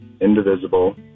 indivisible